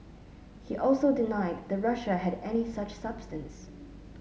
he also denied that Russia had any such substance